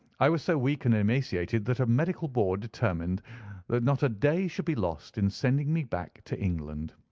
i was so weak and emaciated that a medical board determined that not a day should be lost in sending me back to england.